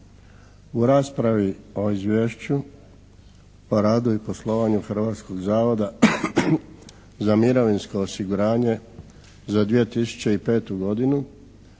U raspravi o Izvješću o radu i poslovanju Hrvatskog zavoda za mirovinsko osiguranje za 2005. godinu